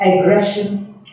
aggression